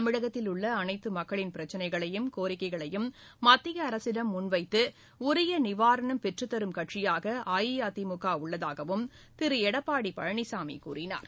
தமிழகத்தில் உள்ள அனைத்து மக்களின் பிரச்சினைகளையும் கோரிக்கைகளையும் மத்திய அரசிடம் முன்வைத்து உரிய நிவாரணம் பெற்றுத் தரும் கட்சியாக அஇஅதிமுக உள்ளதாகவும் திரு எடப்பாடி பழனிசாமி கூறினார்